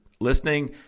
listening